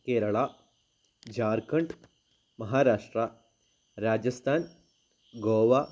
Kerala Jharkhand Maharashtra Rajasthan Goa